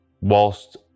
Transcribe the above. whilst